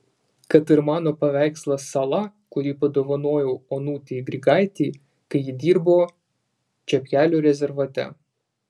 kad ir mano paveikslas sala kurį padovanojau onutei grigaitei kai ji dirbo čepkelių rezervate